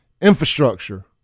infrastructure